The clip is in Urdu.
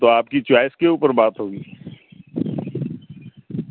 تو آپ کی چوائس کے اوپر بات ہوگی